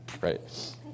right